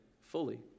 fully